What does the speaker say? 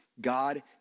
God